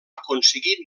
aconseguir